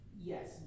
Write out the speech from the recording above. Yes